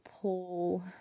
pull